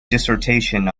dissertation